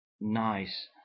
nice